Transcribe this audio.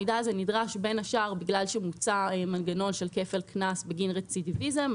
המידע הזה נדרש בין השאר בגלל שמוצע מנגנון של כפל קנס בגין רצידיביזם,